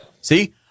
see